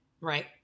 right